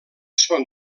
són